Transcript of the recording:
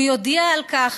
הוא יודיע על כך